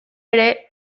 ere